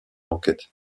enquête